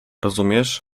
rozumiesz